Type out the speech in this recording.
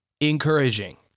encouraging